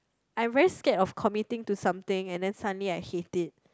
I very scared of commiting to something and then suddenly I hate it